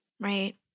Right